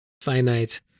finite